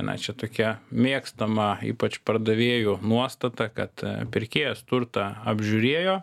na čia tokia mėgstama ypač pardavėjų nuostata kad pirkėjas turtą apžiūrėjo